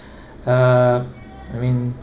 uh I mean